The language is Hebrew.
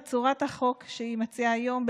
בצורת החוק שהיא מציעה היום,